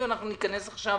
אם אנחנו ניכנס עכשיו